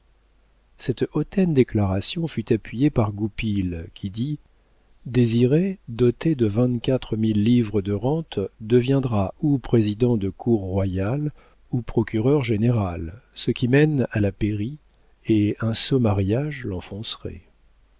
cette hautaine déclaration fut appuyée par goupil qui dit désiré doté de vingt-quatre mille livres de rentes deviendra ou président de cour royale ou procureur général ce qui mène à la pairie et un sot mariage l'enfoncerait